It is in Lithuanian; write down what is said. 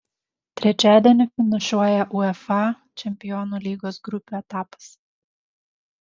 trečiadienį finišuoja uefa čempionų lygos grupių etapas